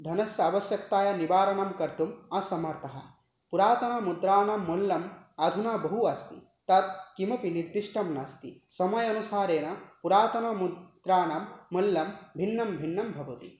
धनस्य आवश्यकतायाः निवारणं कर्तुम् असमर्थः पुरातनमुद्राणां मूल्यम् अधुना बहु अस्ति तत् किमपि निर्दिष्टं नास्ति समय अनुसारेण पुरातनमुद्राणां मूल्यं भिन्नं भिन्नं भवति